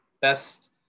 best